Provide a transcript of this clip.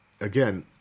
again